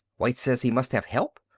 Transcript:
white says he must have help.